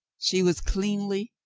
she was cleanly,